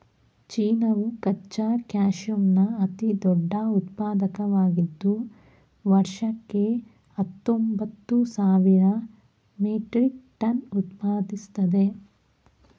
ಚೀನಾವು ಕಚ್ಚಾ ಕ್ಯಾಶ್ಮೀರ್ನ ಅತಿದೊಡ್ಡ ಉತ್ಪಾದಕವಾಗಿದ್ದು ವರ್ಷಕ್ಕೆ ಹತ್ತೊಂಬತ್ತು ಸಾವಿರ ಮೆಟ್ರಿಕ್ ಟನ್ ಉತ್ಪಾದಿಸ್ತದೆ